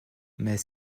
mais